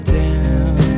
down